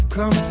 Come